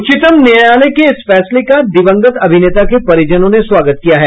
उच्चतम न्यायालय के इस फैसले का दिवंगत अभिनेता के परिजनों ने स्वागत किया है